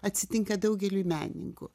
atsitinka daugeliui menininkų